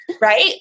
right